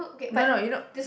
no no you know